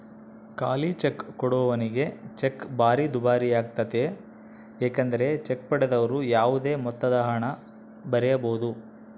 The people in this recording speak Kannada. ಖಾಲಿಚೆಕ್ ಕೊಡುವವನಿಗೆ ಚೆಕ್ ಭಾರಿ ದುಬಾರಿಯಾಗ್ತತೆ ಏಕೆಂದರೆ ಚೆಕ್ ಪಡೆದವರು ಯಾವುದೇ ಮೊತ್ತದಹಣ ಬರೆಯಬೊದು